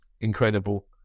Incredible